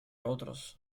otros